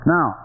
Now